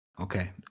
okay